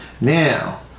Now